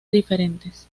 diferentes